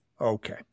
Okay